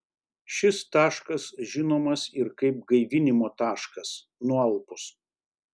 šis taškas žinomas ir kaip gaivinimo taškas nualpus